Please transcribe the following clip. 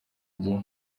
igihe